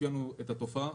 אפיינו את התופעה.